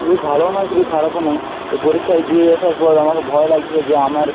খুবই ভালো নয় খুবই খারাপও নয় তো পরীক্ষা দিয়ে আসার পর আমারও ভয় লাগছিল যে আমার